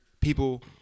people